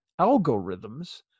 algorithms